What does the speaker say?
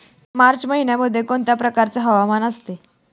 मार्च महिन्यामध्ये कोणत्या प्रकारचे हवामान असते?